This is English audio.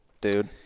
dude